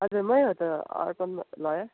हजुर मै हो त लयर